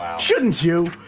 shouldn't you?